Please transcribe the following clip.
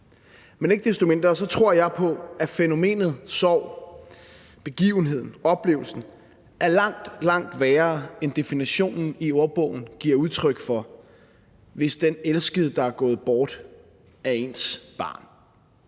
Men ikke desto mindre så tror jeg, at fænomenet sorg, begivenheden, oplevelsen er langt, langt værre, end definitionen i ordbogen giver udtryk for, hvis den elskede, der er gået bort, er ens barn.